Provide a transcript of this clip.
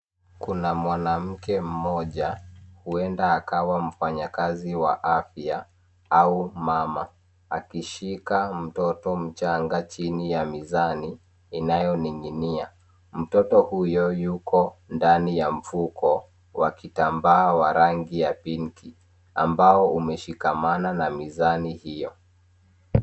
Kuna mwanamke mmoja huenda akawamfanyakazi wa afya au mama akishika mtoto mchanga chini ya mizani inayoning'inia. Mtoto huyo yuko ndani mfuko wa kitambaa wa rangi ya pinki ambao umeshikamana na mizani hiyo.